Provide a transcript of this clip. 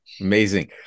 Amazing